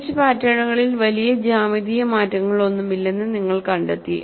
fringe പാറ്റേണുകളിൽ വലിയ ജ്യാമിതീയ മാറ്റങ്ങളൊന്നുമില്ലെന്ന് നിങ്ങൾ കണ്ടെത്തി